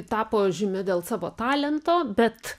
tapo žymi dėl savo talento bet